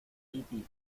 piti